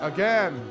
Again